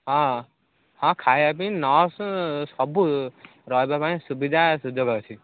ହଁ ଖାଇବା ପାଇଁ ନର୍ସ୍ ସବୁ ରହିବା ପାଇଁ ସୁବିଧା ସୁଯୋଗ ଅଛି